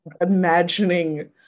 imagining